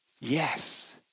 Yes